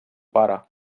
pare